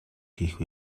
хийх